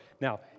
Now